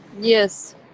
Yes